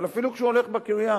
אבל אפילו כשהוא הולך בקריה